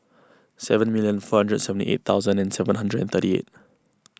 seven million four hundred and seventy eight thousand and seven hundred and thirty eight